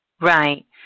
Right